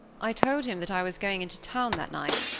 i told him that i was going into town that night,